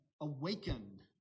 awakened